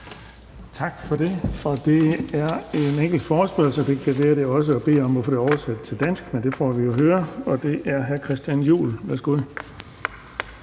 Tak for det. En enkelt forespørgsel kan være at bede om at få det oversat til dansk, men det får vi jo at se. Nu er det hr. Christian Juhl. Værsgo.